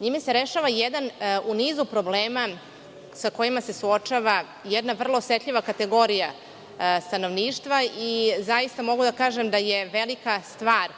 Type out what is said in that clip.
Njime se rešava jedan u nizu problema sa kojima se suočava jedna vrlo osetljiva kategorija stanovništva. Zaista, mogu da kažem da je velika stvar